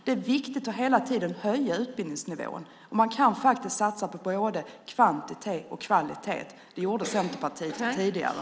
Det är viktigt att hela tiden höja utbildningsnivån. Man kan satsa på både kvantitet och kvalitet. Det gjorde Centerpartiet tidigare.